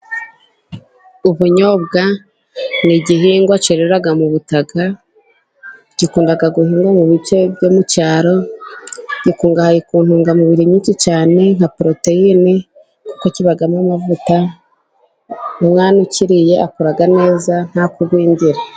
Ubunyobwa ni igihingwa cyerera mu butaka . Gikunda guhingwa mu bice byo mu cyaro, gikungahaye ku ntungamubiri nyinshi cyane ,nka poroteyine kuko kibamo amavuta . Umwana ukiriye, akura neza nta kugwingira.